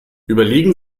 überlegen